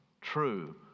true